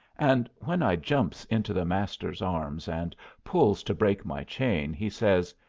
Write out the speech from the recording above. and when i jumps into the master's arms and pulls to break my chain, he says,